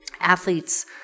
athletes